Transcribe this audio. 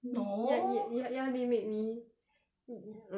no 压压压力 make me